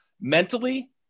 mentally